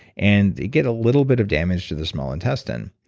and get a little bit of damage to the small intestine.